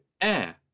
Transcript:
air